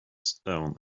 stone